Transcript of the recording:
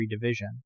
Division